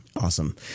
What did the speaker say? Awesome